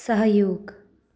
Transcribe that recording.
सहयोग